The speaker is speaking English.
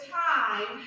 time